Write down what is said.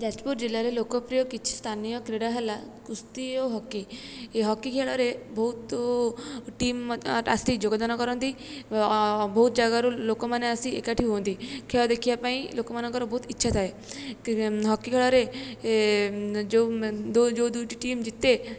ଯାଜପୁର ଜିଲ୍ଲାରେ ଲୋକପ୍ରିୟ କିଛି ସ୍ଥାନୀୟ କ୍ରୀଡ଼ା ହେଲା କୁସ୍ତି ଓ ହକି ଏହି ହକି ଖେଳରେ ବହୁତ ଟିମ୍ ମଧ୍ୟ ଆସି ଯୋଗଦାନ କରନ୍ତି ବହୁତ ଜାଗାରୁ ଲୋକମାନେ ଆସି ଏକାଠି ହୁଅନ୍ତି ଖେଳ ଦେଖିବା ପାଇଁ ଲୋକମାନଙ୍କର ବହୁତ ଇଚ୍ଛା ଥାଏ ହକି ଖେଳରେ ଏ ଯେଉଁ ଯେଉଁ ଦୁଇଟି ଟିମ୍ ଜିତେ